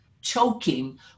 choking